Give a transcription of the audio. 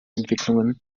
entwicklungen